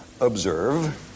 observe